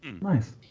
Nice